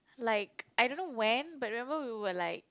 like I don't know when but remember we were like